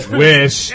wish